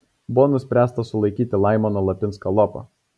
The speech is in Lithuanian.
buvo nuspręsta sulaikyti laimoną lapinską lopą